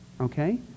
okay